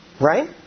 Right